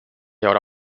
haurà